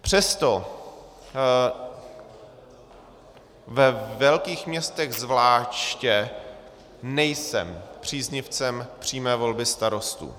Přesto ve velkých městech zvláště nejsem příznivcem přímé volby starostů.